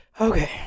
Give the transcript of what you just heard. Okay